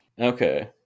Okay